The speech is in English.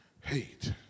hate